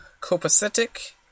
Copacetic